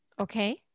okay